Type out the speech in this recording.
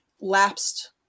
lapsed